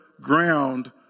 ground